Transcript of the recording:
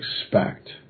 expect